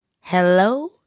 Hello